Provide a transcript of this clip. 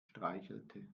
streichelte